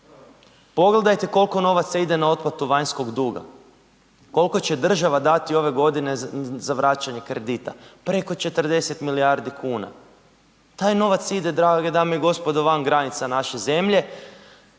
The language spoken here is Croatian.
Pogledajte koliko novaca ide na otplatu vanjskog duga, koliko će država dati ove godine za vraćanje kredita. Preko 40 milijardi kuna. Taj novac ide drage dame i gospodo van granica naše zemlje,